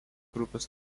grupės